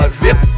zip